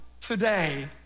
today